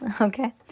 Okay